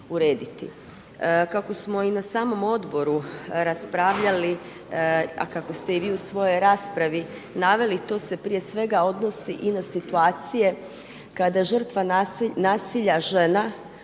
Kako smo i na samom odboru raspravljali a kako ste i vi u svojoj raspravi naveli to se prije svega odnosi i na situacije kada žrtva nasilja žena